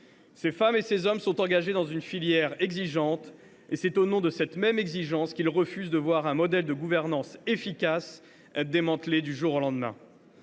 Ces femmes et ces hommes sont engagés dans une filière exigeante ; et c’est au nom de cette même exigence qu’ils refusent de voir un modèle de gouvernance efficace être démantelé du jour au lendemain.